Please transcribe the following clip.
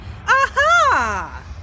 Aha